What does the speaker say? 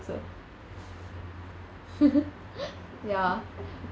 ya